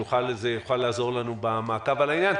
זה יוכל לעזור לנו במעקב על העניין,